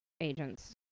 agents